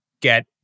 get